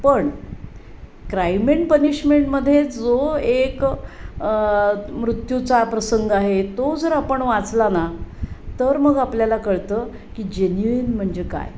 पण crime and पनिशमेंटमधे जो एक मृत्यूचा प्रसंग आहे तो जर आपण वाचला ना तर मग आपल्याला कळतं की जेन्युईन म्हणजे काय